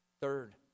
Third